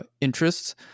interests